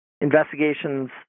investigations